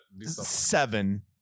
Seven